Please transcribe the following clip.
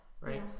right